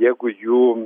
jeigu jų